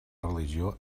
religió